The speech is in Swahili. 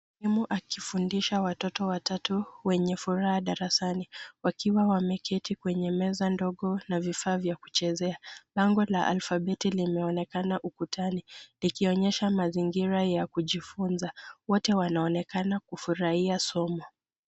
Mwalimu akifundisha watoto watatu wenye furaha darasani wakiwa wameketi kwenye meza ndogo na vifaa vya kuchezea. Lango la alfabeti limeonekana ukutani likionyesha mazingira ya kujifunza. Wote wanaonekana kufurahia somo.